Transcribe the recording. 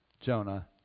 Jonah